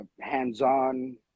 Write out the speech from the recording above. hands-on